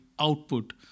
output